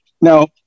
Now